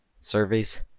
Surveys